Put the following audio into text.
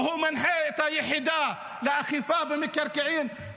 והוא מנחה את היחידה לאכיפה במקרקעין,